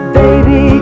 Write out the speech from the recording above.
baby